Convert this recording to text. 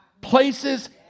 places